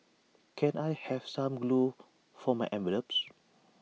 can I have some glue for my envelopes